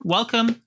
Welcome